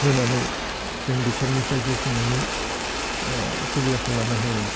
होनानै जों बेफोरनिफ्राय जिउ खुंनायनि सुबिदाखौ लानो हायो